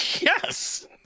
Yes